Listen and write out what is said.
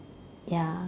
ya